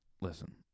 listen